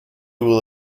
will